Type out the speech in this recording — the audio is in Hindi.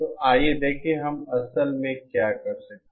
तो आइए देखें कि हम असल में क्या कर सकते हैं